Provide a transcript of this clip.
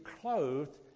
clothed